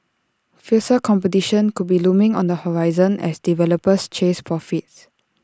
fiercer competition could be looming on the horizon as developers chase profits